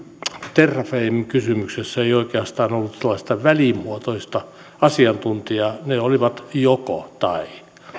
terrafame kysymyksessä ei oikeastaan ollut sellaista välimuotoista asiantuntijaa ne olivat joko tai